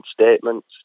statements